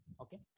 okay